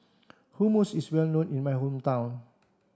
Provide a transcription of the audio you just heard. hummus is well known in my hometown